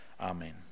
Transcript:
amen